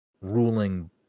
ruling